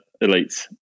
elites